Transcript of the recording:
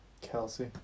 Kelsey